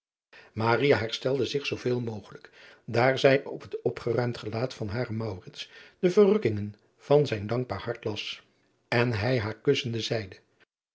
herstelde zich zooveel mogelijk daar zij op het opgeruimd gelaat van haren de verrukkingen van zijn dankbaar hart las en hij haar kussende zeide